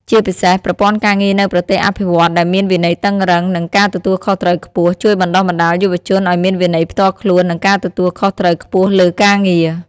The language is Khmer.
ជាពិសេស ប្រព័ន្ធការងារនៅប្រទេសអភិវឌ្ឍន៍ដែលមានវិន័យតឹងរ៉ឹង និងការទទួលខុសត្រូវខ្ពស់ ជួយបណ្ដុះបណ្ដាលយុវជនឱ្យមានវិន័យផ្ទាល់ខ្លួន និងការទទួលខុសត្រូវខ្ពស់លើការងារ។